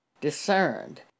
discerned